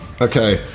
okay